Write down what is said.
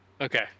okay